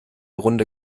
runde